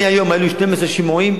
אני היום, היו לי 12 שימועים.